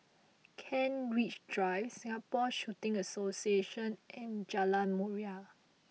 Kent Ridge Drive Singapore Shooting Association and Jalan Murai